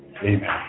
Amen